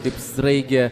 tik sraige